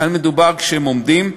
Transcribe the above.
כאן מדובר כשהם עומדים.